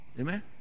Amen